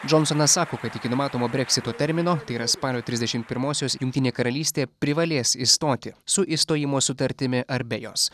džonsonas sako kad iki numatomo breksito termino tai yra spalio trisdešim pirmosios jungtinė karalystė privalės išstoti su išstojimo sutartimi ar be jos